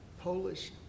Polish